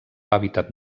hàbitat